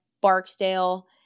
barksdale